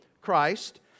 Christ